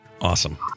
Awesome